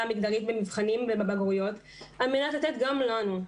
המגדרית במבחנים ובבגרויות על מנת לתת גם לנו,